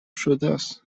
شدس